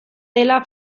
dela